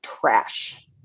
trash